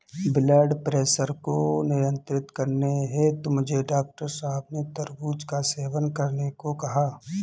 blood pressure को नियंत्रित करने हेतु मुझे डॉक्टर साहब ने तरबूज का सेवन करने को कहा है